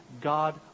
God